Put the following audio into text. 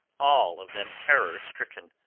all of them terror-stricken,